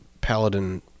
paladin